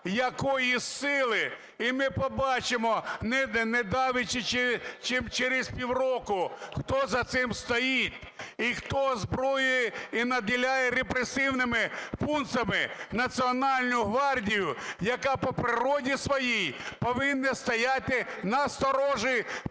якої сили, і ми побачимо, недавече, чим через півроку, хто за цим стоїть і хто озброює і наділяє репресивними функціями Національну гвардію, яка по природі своїй повинна стояти на сторожі